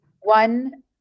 One